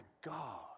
God